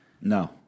No